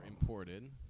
imported